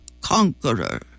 conqueror